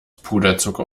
puderzucker